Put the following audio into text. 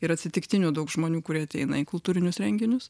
ir atsitiktinių daug žmonių kurie ateina į kultūrinius renginius